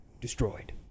destroyed